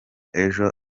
ejo